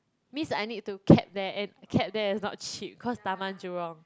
means I need to cab there and cab there is not cheap cause Taman-Jurong